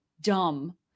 dumb